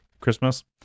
Christmas